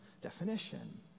definition